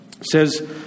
says